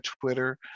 Twitter